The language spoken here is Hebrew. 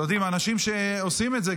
אתם יודעים שהאנשים שעושים את זה,